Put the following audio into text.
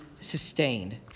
sustained